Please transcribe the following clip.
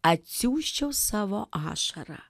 atsiųsčiau savo ašarą